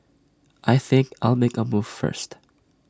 I think I'll make A move first